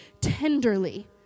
tenderly